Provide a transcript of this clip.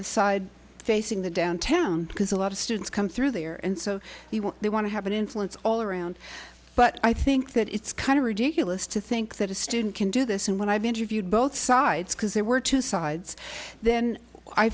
the side facing the downtown because a lot of students come through there and so they want to have an influence all around but i think that it's kind of ridiculous to think that a student can do this and when i've interviewed both sides because there were two sides then i